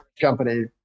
company